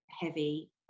heavy